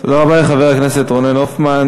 תודה רבה לחבר הכנסת רונן הופמן.